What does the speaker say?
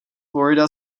florida